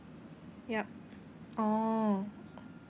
yup oh